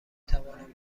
توانم